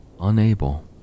unable